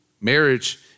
Marriage